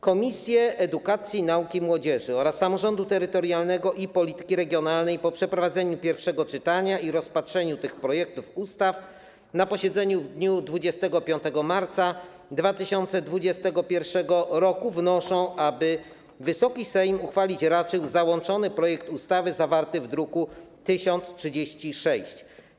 Komisja Edukacji, Nauki i Młodzieży oraz Komisja Samorządu Terytorialnego i Polityki Regionalnej po przeprowadzeniu pierwszego czytania i rozpatrzeniu tych projektów ustaw na posiedzeniu w dniu 25 marca 2021 r. wnoszą, aby Wysoki Sejm uchwalić raczył załączony projekt ustawy zawarty w druku nr 1036.